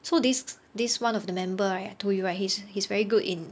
so this this one of the member right I told you right he's he's very good in